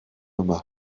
yma